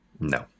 No